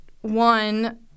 one